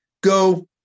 go